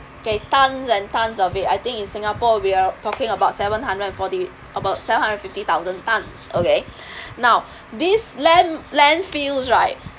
okay tons and tons of it I think in singapore we are talking about seven hundred and forty about seven hundred fifty thousand tons okay now these land landfills right